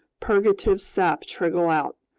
purgative sap trickle out.